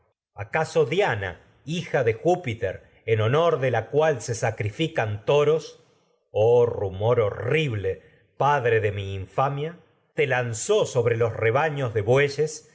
acaso diana hija de júpiter sacrifican toros en honor de la cual se oh rumor horrible padre de mi infa no mia te lanzó ya sobre no los rebaños de bueyes